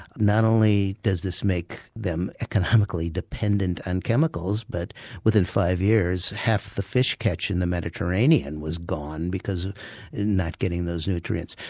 not only does this make them economically dependent on chemicals but within five years half the fish catch in the mediterranean was gone because of not getting those nutrients.